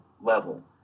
level